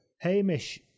Hamish